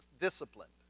disciplined